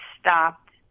stopped